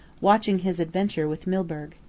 watching his adventure with milburgh.